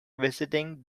visiting